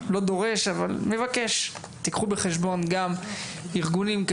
מבקש שתיקחו בחשבון ארגונים,